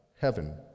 heaven